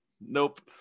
Nope